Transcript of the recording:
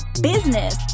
business